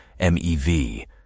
MEV